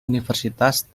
universitas